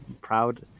proud